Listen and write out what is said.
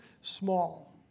small